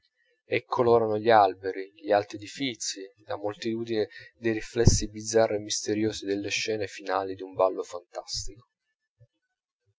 e colorano gli alberi gli alti edifizi la moltitudine dei riflessi bizzarri e misteriosi della scena finale d'un ballo fantastico